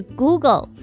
Google